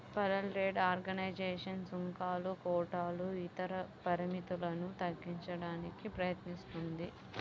world trade organisation సుంకాలు, కోటాలు ఇతర పరిమితులను తగ్గించడానికి ప్రయత్నిస్తుంది